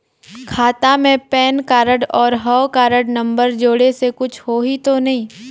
खाता मे PAN card और हव कारड नंबर जोड़े से कुछ होही तो नइ?